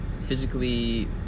physically